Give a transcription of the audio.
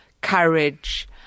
courage